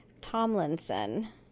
Tomlinson